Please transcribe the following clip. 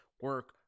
Work